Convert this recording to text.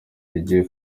rigiye